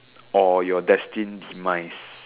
or your destined demise